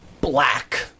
Black